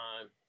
time